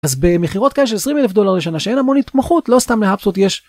אז במכירות כאלה של 20 אלף דולר לשנה שאין המון התמחות לא סתם לאפשוט יש.